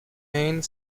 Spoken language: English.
anne